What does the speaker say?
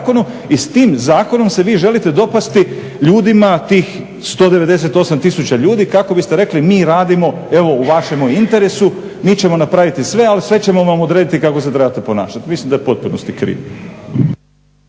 i s tim zakonom se vi želite dopasti ljudima tih 198 tisuća ljudi kako biste rekli mi radimo evo u vašem interesu, mi ćemo napraviti sve ali sve ćemo vam odrediti kako se trebate ponašati. Mislim da je u potpunosti krivo.